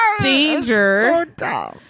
danger